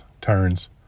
turns